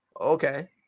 okay